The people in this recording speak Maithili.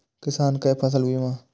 किसान कै फसल बीमा?